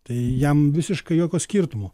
tai jam visiškai jokio skirtumo